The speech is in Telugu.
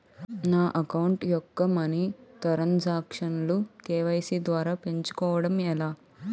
నా అకౌంట్ యెక్క మనీ తరణ్ సాంక్షన్ లు కే.వై.సీ ద్వారా పెంచుకోవడం ఎలా?